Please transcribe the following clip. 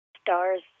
stars